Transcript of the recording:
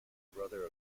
brother